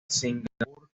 singapur